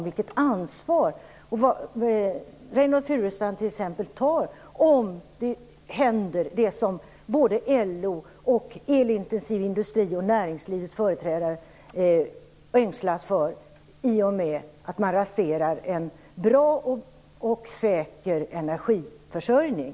Vilket ansvar tar Reynoldh Furustrand, t.ex., om det som både LO, elintensiv industri och näringslivets företrädare ängslas för händer i och med att man raserar en bra och säker energiförsörjning?